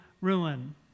ruin